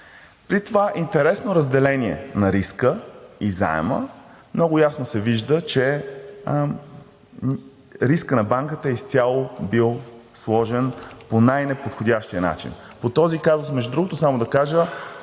При това интересно разделение на риска и заема, много ясно се вижда, че рискът на банката изцяло е бил сложен по най-неподходящия начин. По този казус, между другото, само да кажа,